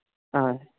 ആ